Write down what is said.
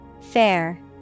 Fair